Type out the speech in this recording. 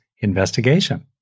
investigation